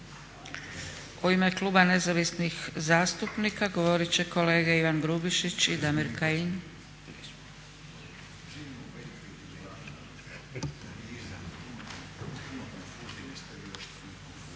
U ime Kluba nezavisnih zastupnika, govorit će kolege Ivan Grubišić i Damir Kajin.